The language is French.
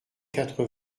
quatre